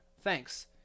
Thanks